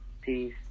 Peace